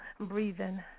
breathing